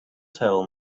tell